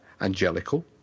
Angelical